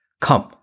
Come